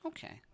Okay